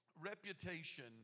Reputation